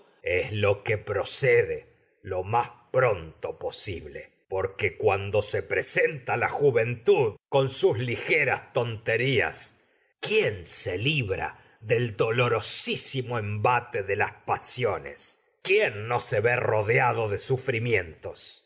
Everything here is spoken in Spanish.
es lo que procede lo más pronto posible porque cuando se tonterías las presenta la juventud con sus se ligeras quién libra del dolorosisimó embate de pasiones quién no se ve sublevaciones rodeado de sufrimientos